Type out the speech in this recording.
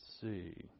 see